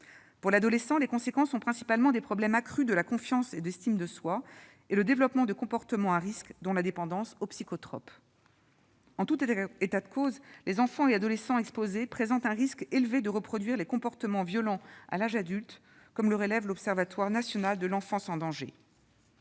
Pour l'adolescent, les conséquences sont principalement des problèmes accrus de manque de confiance et d'estime de soi et le développement de comportements à risques, dont la dépendance aux psychotropes. En tout état de cause, les enfants et adolescents exposés présentent un risque élevé de reproduire les comportements violents à l'âge adulte, comme le relève l'Observatoire national de l'enfance en danger.